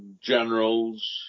generals